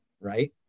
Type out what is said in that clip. right